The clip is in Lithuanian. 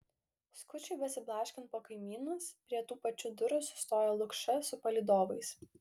skučui besiblaškant po kaimynus prie tų pačių durų sustojo lukša su palydovais